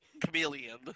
Chameleon